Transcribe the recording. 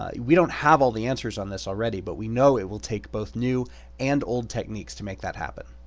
ah we don't have all the answers on this already, but we know it will take both new and old techniques to make that happen.